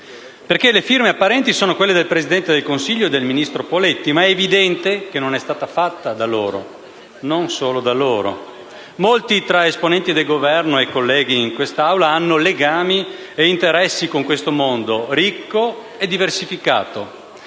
perché le firme apparenti sono quelle del Presidente del Consiglio dei ministri e del ministro Poletti, ma è evidente che non è stata fatta da loro (o, almeno, non solo da loro). Molti tra esponenti del Governo e colleghi di quest'Assemblea hanno legami e interessi con questo mondo ricco e diversificato.